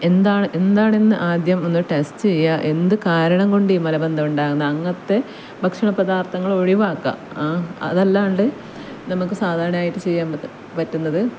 എന്താണ് എന്താണെന്ന് ആദ്യം ഒന്ന് ടെസ്റ്റ് ചെയ്യുക എന്ത് കാരണം കൊണ്ട് ഈ മലബന്ധം ഉണ്ടാകുന്ന അങ്ങനത്തെ ഭക്ഷണപദാർത്ഥങ്ങൾ ഒഴിവാക്കുക അതല്ലാണ്ട് നമുക്ക് സാധാരണയായിട്ട് ചെയ്യാൻ പ പറ്റുന്നത്